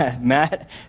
Matt